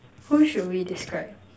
who should we describe